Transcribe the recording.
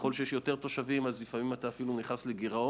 ככל שיש יותר תושבים אתה אפילו נכנס לגירעון.